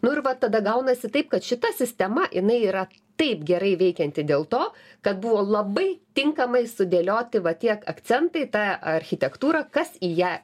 nu ir va tada gaunasi taip kad šita sistema jinai yra taip gerai veikianti dėl to kad buvo labai tinkamai sudėlioti va tie akcentai ta architektūra kas į ją